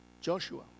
Joshua